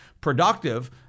productive